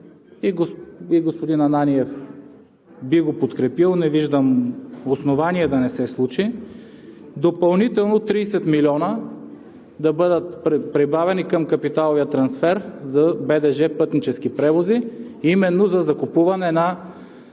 и господин Ананиев би го подкрепил, не виждам основание да не се случи допълнително 30 милиона да бъдат прибавени към капиталовия трансфер за БДЖ „Пътнически превози“ именно за закупуване на